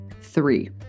Three